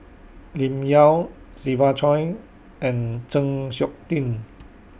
Lim Yau Siva Choy and Chng Seok Tin